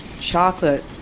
Chocolate